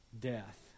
death